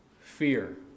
fear